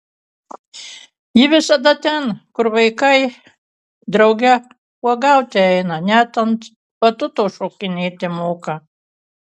ji visad ten kur vaikai drauge uogauti eina net ant batuto šokinėti moka